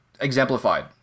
Exemplified